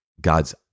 God's